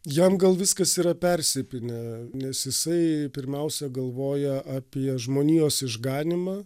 jam gal viskas yra persipynę nes jisai pirmiausia galvoja apie žmonijos išganymą